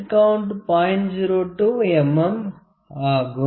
02 mm ஆகும்